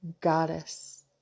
goddess